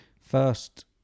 First